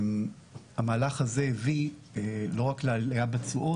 המהלך הזה הביא לא רק לעלייה בתשואות,